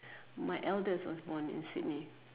my eldest was born in Sydney